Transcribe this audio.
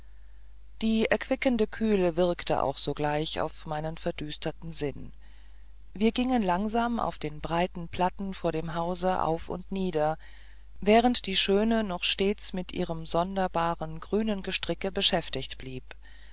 die erquickende kühle wirkte auch sogleich auf meinen verdüsterten sinn wir gingen langsam auf den breiten platten vor dem hause auf und nieder während die schöne noch stets mit ihrem sonderbaren grünen gestricke beschäftigt blieb